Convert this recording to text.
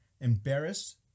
embarrassed